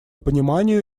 пониманию